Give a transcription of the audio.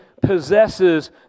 possesses